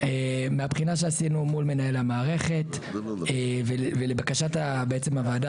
מהבחינה שעשינו מול מנהל המערכת ולבקשת בעצם הוועדה